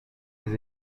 les